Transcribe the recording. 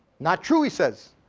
not true, he says.